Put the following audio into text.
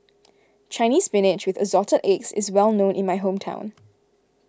Chinese Spinach with Assorted Eggs is well known in my hometown